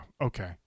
Okay